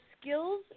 skills